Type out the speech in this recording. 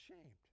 Ashamed